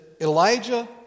Elijah